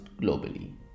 globally